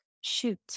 Shoot